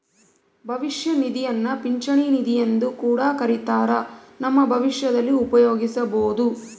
ಭವಿಷ್ಯ ನಿಧಿಯನ್ನ ಪಿಂಚಣಿ ನಿಧಿಯೆಂದು ಕೂಡ ಕರಿತ್ತಾರ, ನಮ್ಮ ಭವಿಷ್ಯದಲ್ಲಿ ಉಪಯೋಗಿಸಬೊದು